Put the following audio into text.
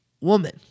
woman